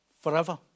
forever